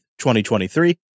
2023